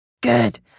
Good